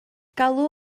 galw